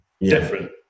different